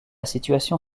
situation